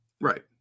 Right